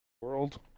World